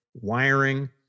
wiring